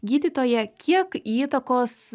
gydytoja kiek įtakos